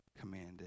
commanded